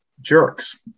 Jerks